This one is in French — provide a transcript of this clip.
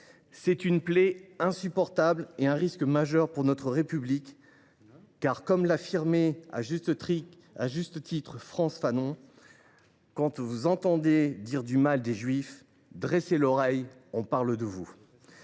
C’est une plaie insupportable et un risque majeur pour notre République. Comme le notait à juste titre Frantz Fanon :« Quand vous entendez dire du mal des juifs, dressez l’oreille, on parle de vous.